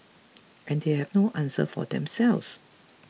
and they have no answer for themselves